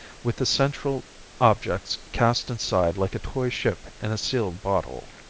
with the central objects cast inside like a toy ship in a sealed bottle.